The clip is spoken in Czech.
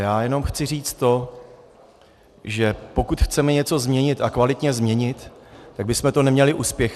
Já jenom chci říct to, že pokud chceme něco změnit, a kvalitně změnit, tak bychom to neměli uspěchat.